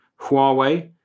huawei